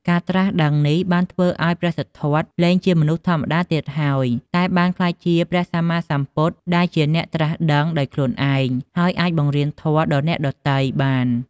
ការត្រាស់ដឹងនេះបានធ្វើឱ្យព្រះសិទ្ធត្ថលែងជាមនុស្សធម្មតាទៀតហើយ តែបានក្លាយជាព្រះសម្មាសម្ពុទ្ធ ដែលជាអ្នកត្រាស់ដឹងដោយខ្លួនឯង ហើយអាចបង្រៀនធម៌ដល់អ្នកដទៃបាន។